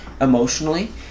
emotionally